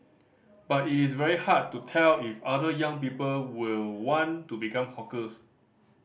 but it's very hard to tell if other young people will want to become hawkers